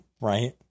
Right